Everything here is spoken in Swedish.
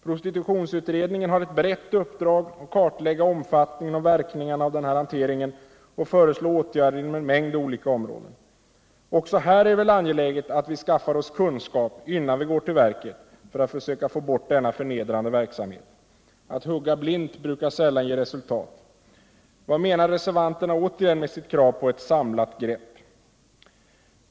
Prostitutionsutredningen har ett brett uppdrag att kartlägga omfattningen och verkningarna av denna hantering och föreslå åtgärder inom en mängd olika områden. Också här är det väl angeläget att vi skaffar oss kunskap innan vi går till verket för att söka få bort denna förnedrande verksamhet. Att hugga blint brukar sällan ge resultat. Vad menar reservanterna återigen med sitt krav på ”ett samlat grepp”?